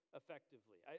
effectively